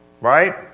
Right